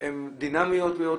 הוא דינמי מאוד,